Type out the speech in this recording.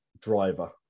driver